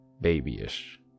babyish